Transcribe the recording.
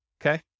okay